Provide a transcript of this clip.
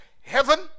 heaven